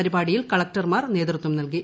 പരിപാടിയിൽ കളക്ടർമാർ നേതൃത്വം നൽകി